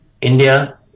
India